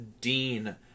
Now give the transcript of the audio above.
dean